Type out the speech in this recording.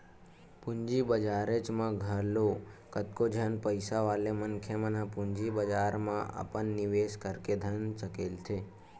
पूंजी बजारेच म घलो कतको झन पइसा वाले मनखे मन ह पूंजी बजार म अपन निवेस करके धन सकेलथे